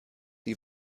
die